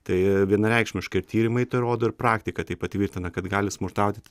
tai vienareikšmiškai tyrimai rodo ir praktika tai patvirtina kad gali smurtauti